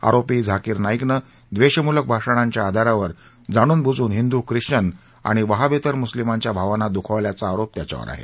आरोपी झाकीर नाईकनं द्वेषमूलक भाषणांच्या आधारावर जाणूनबुजून हिंदू ख्रिश्वन आणि वहाबेतर मुस्लीमांच्या भावना दुखावल्याचा आरोप त्याच्यावर आहे